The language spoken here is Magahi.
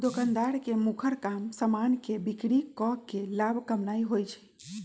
दोकानदार के मुखर काम समान के बिक्री कऽ के लाभ कमानाइ होइ छइ